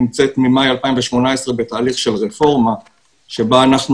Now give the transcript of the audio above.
נמצאת ממאי 2018 בתהליך של רפורמה שבה אנחנו